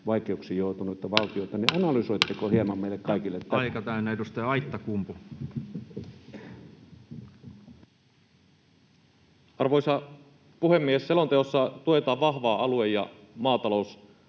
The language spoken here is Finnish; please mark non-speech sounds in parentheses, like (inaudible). (noise) valtioita, niin analysoitteko hieman meille kaikille tätä? Ja aika on täynnä. — Edustaja Aittakumpu. Arvoisa puhemies! Selonteossa tuetaan vahvaa alue- ja